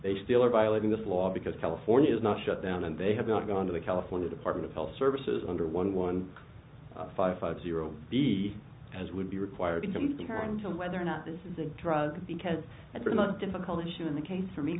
they still are violating this law because california is not shut down and they have not gone to the california department of health services under one one five five zero be as would be required in terms of whether or not this is a drug because it's been a difficult issue in the case for me